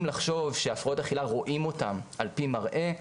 לחשוב שהפרעות אכילה רואים אותם על פי מראה,